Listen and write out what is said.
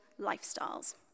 lifestyles